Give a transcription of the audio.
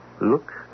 Look